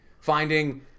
Finding